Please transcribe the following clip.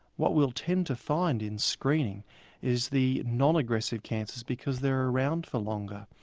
what we will tend to find in screening is the non-aggressive cancers because they're around for longer.